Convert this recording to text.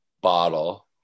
bottle